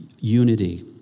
unity